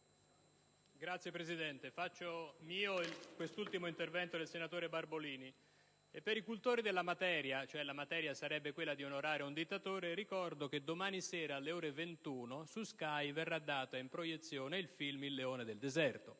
Signora Presidente, faccio mio quest'ultimo intervento del senatore Barbolini. Per i cultori della materia - la materia sarebbe quella di onorare un dittatore - ricordo che domani sera, alle ore 21, su Sky verrà trasmesso il film «Il leone del deserto»,